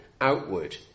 outward